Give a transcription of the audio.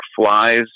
Flies